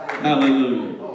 Hallelujah